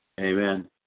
Amen